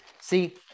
See